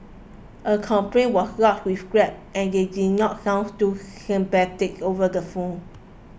a complaint was lodged with Grab and they did not sounds too sympathetic over the phone